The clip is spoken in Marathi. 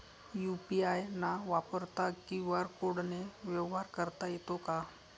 यू.पी.आय न वापरता क्यू.आर कोडने व्यवहार करता येतो का?